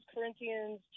Corinthians